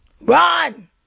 Run